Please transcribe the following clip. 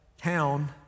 town